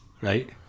right